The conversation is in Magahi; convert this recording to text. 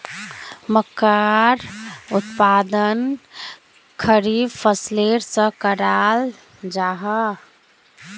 मक्कार उत्पादन खरीफ फसलेर सा कराल जाहा